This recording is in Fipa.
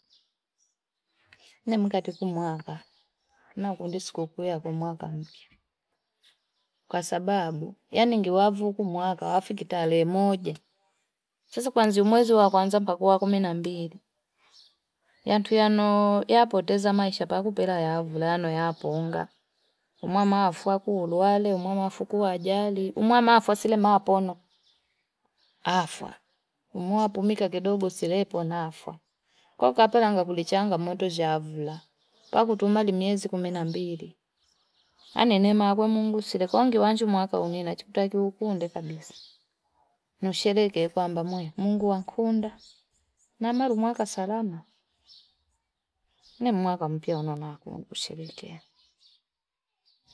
Ni mkati kumuaka, na kundi sikukuya kumuaka mpya. Kwa sababu, ya ningi wavu kumuaka wafikita ale moja. Sasa kwanzi umwezi wako anza mpakuwa kuminambiri Ya ntuyano, ya apoteza maisha pakupela ya avulano ya aponga. Umuama afuwa kuuluwale, umuama afukuwa ajali. Umuama afuwa sile maapono. Afuwa. Umuama pumika kidogo sile ipona afuwa. Kwa kapela nga kulichanga moto jaavula. Pakutumali mwezi kuminambiri. Hane nema kwa mungu sile kongi wanchu kumuaka unina. Chiputaki hukunde kabisa. Nushereke kwa ambamuja. Mungu wankunda. Na maru kumuaka salama. Nema kumuaka mpya unonaku. Nushereke.